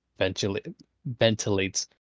ventilates